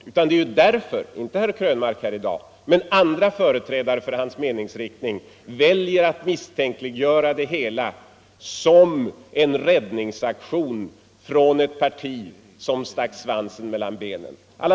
— Sänkning av den Det är därför som andra företrädare för herr Krönmarks meningsriktning — allmänna pensions inte herr Krönmark själv i dag — väljer att misstänkliggöra överens — åldern, m.m. kommelsen som en räddningsaktion från ett parti som stack svansen mellan benen.